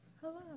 Hello